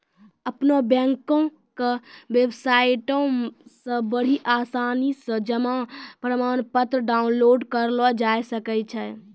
अपनो बैंको के बेबसाइटो से बड़ी आसानी से जमा प्रमाणपत्र डाउनलोड करलो जाय सकै छै